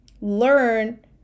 learn